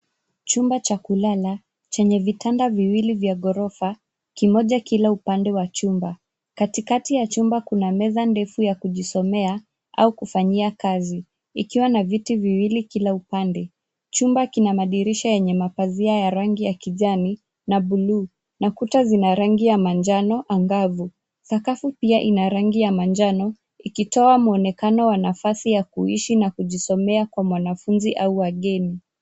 Chumba cha kulala chenye vitanda viwili vya ghorofa kimoja kila upande wa chumba. Katikati ya chumba kuna meza ndefu ya kujisomea au kufanyia kazi ikiwa na viti viwili kila upande. Chumba kina madirisha yenye mapazia ya rangi ya kijani na bluu na kuta zina rangi ya manjano angavu sakafu pia ina rangi ya manjano ikitoa muonekano wa nafasi ya kuishi na kujisomea kwa mwanafunzi au wageni.